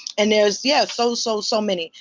and there's yeah so, so, so many.